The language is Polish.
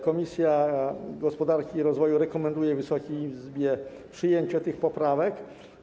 Komisja Gospodarki i Rozwoju rekomenduje Wysokiej Izbie przyjęcie tych poprawek.